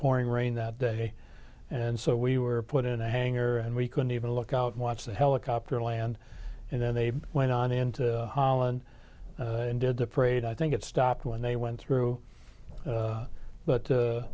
pouring rain that day and so we were put in a hangar and we couldn't even look out and watch the helicopter land and then they went on into holland and did the parade i think it stopped when they went through but